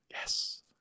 Yes